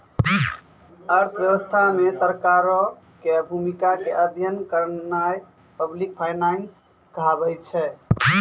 अर्थव्यवस्था मे सरकारो के भूमिका के अध्ययन करनाय पब्लिक फाइनेंस कहाबै छै